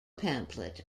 pamphlet